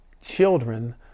children